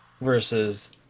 versus